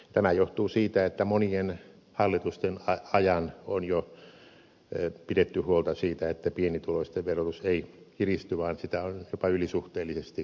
tämä johtuu siitä että monien hallitusten ajan on jo pidetty huolta siitä että pienituloisten verotus ei kiristy vaan sitä on jopa ylisuhteellisesti kevennetty